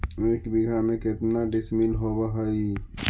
एक बीघा में केतना डिसिमिल होव हइ?